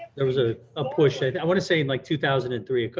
there was ah a push, i wanna say and like two thousand and three,